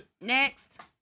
next